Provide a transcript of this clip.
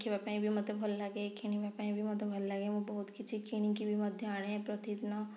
ଦେଖିବା ପାଇଁ ବି ମୋତେ ଭଲ ଲାଗେ କିଣିବା ପାଇଁ ବି ମୋତେ ଭଲ ଲାଗେ ମୁଁ ବହୁତ କିଛି କିଣିକି ବି ମଧ୍ୟ ଆଣେ ପ୍ରତିଦିନ